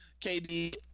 KD